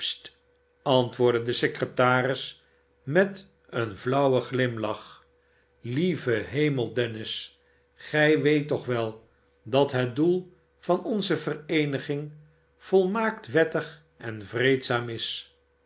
antwoordde de secretaris met een flauwen glimlach slieve hemel dennis gij weet toch wel dat het doel van onze vereeniging volmaakt wettig en vreedzaam is